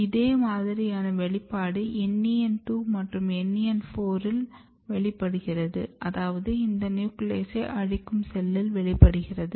இதே மாதிரியான வெளிப்பாடு NEN 2 மற்றும் NEN 4 இல் வெளிப்படுகிறது அதாவது இது நியூக்ளியஸை அழிக்கும் செல்லில் வெளிப்படுகிறது